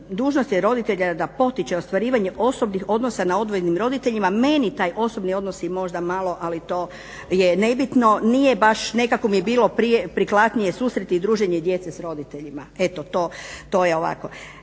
dužnost je roditelja da potiče ostvarivanje osobnih odnosa na odvojenim roditeljima. Meni ti osobni odnosi možda malo, ali to je nebitno, nije baš, nekako mi je bilo prije prikladnije susreti i druženje djece s roditeljima. Eto to je ovako.